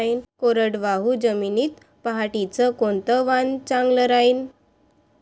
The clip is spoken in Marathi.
कोरडवाहू जमीनीत पऱ्हाटीचं कोनतं वान चांगलं रायीन?